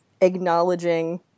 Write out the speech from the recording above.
acknowledging